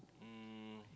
um